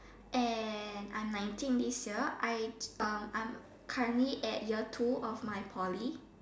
and I'm nineteen this year I'd um I'm currently at year two of my Poly